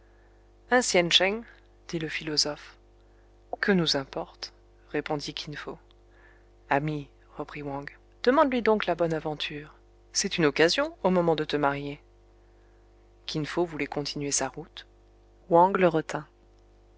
dit le philosophe que nous importe répondit kin fo ami reprit wang demande-lui donc la bonne aventure c'est une occasion au moment de te marier kin fo voulait continuer sa route wang le retint